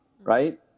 right